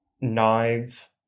knives